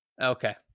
Okay